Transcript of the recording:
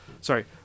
sorry